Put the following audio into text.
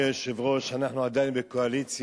אדוני היושב-ראש, אנחנו עדיין בקואליציה,